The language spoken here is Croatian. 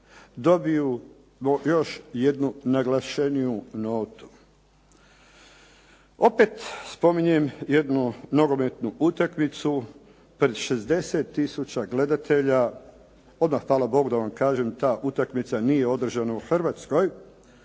dobiju još jednu naglašeniju notu. Opet spominjem jednu nogometnu utakmicu pred 60 tisuća gledatelja, odmah hvala Bogu da vam kažem, ta utakmica nije održana u Hrvatskoj,